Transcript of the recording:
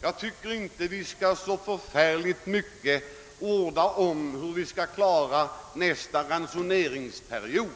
Jag tycker inte att vi skall orda så mycket om hur vi skall organisera nästa ransoneringsperiod.